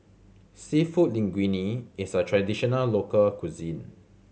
Seafood Linguine is a traditional local cuisine